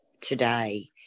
today